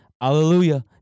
hallelujah